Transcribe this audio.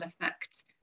effect